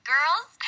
Girls